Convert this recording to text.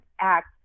Act